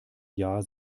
jahr